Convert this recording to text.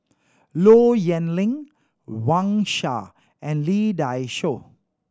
Low Yen Ling Wang Sha and Lee Dai Soh